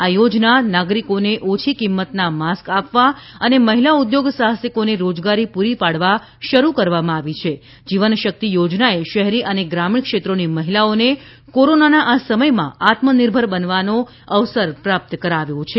આ યોજના નાગરિકોને ઓછી કિંમતના માસ્ક આપવા અને મહિલા ઉદ્યોગ સાહસિકોને રોજગારી પૂરી પાડવા શરૂ કરવામાં આવી છે જીવન શક્તિ યોજનાએ શહેરી અને ગ્રામીણ ક્ષેત્રોની મહિલાઓને કોરોનાના આ સમયમાં આત્મનિર્ભર બનવાનો અવસર પ્રાપ્ત કરાવ્યો છે